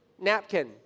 napkin